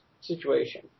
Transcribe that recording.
situation